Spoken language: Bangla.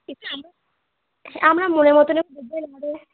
হ্যাঁ আমরা মনের মতো